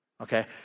Okay